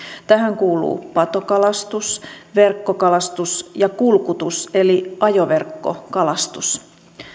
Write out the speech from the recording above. tähän kuuluvat patokalastus verkkokalastus ja kulkutus eli ajoverkkokalastus